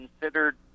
considered